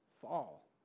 fall